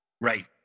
Right